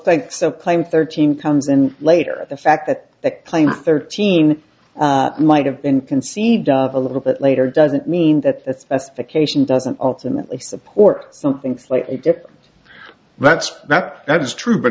thanks so plame thirteen comes and later the fact that that plane thirteen might have been conceived of a little bit later doesn't mean that specification doesn't ultimately support something slightly different that's that that is true but